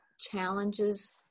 challenges